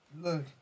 Look